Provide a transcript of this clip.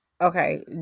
Okay